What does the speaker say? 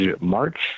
march